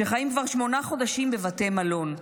שחיים כבר שמונה חודשים בבתי מלון.